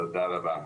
תודה רבה.